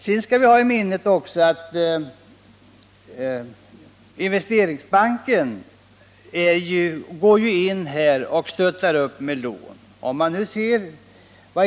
Vidare skall vi ha i minnet att Investeringsbanken går in och stöttar med lån.